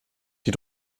die